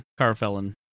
Carfelon